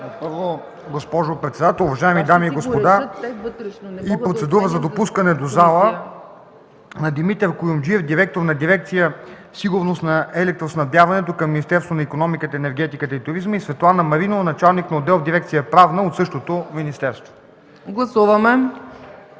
ДИМИТРОВ: Госпожо председател, уважаеми дами и господа, правя процедура за допускане в залата на Димитър Куюмджиев – директор на дирекция „Сигурност на електроснабдяването” към Министерството на икономиката, енергетиката и туризма, и Светлана Маринова – началник на отдел в дирекция „Правна” от същото министерство.